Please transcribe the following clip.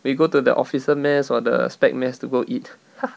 we go to the officer mass or the spec mass to go eat ha